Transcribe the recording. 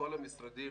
מכל המשרדים,